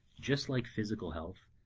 just like physical health,